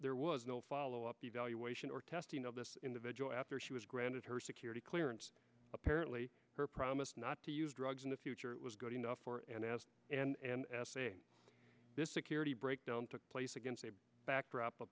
there was no follow up evaluation or testing of this individual after she was granted her security clearance apparently her promise not to use drugs in the future it was good enough for and asked and saying this a curate a breakdown took place against a backdrop